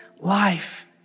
life